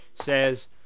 says